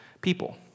people